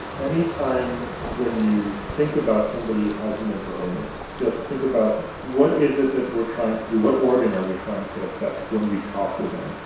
any time when you think about somebody who has a mental illness, you have to think about what is it that we trying to do, what organ are we trying to effect when we talk with them,